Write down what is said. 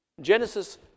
Genesis